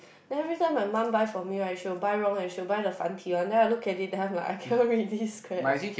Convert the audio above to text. then every time my mum buy for me right she will buy wrong and she will buy the 繁体 one then I look at it then I'm like I cannot read this crap